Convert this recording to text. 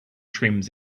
trims